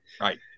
Right